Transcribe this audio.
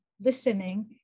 listening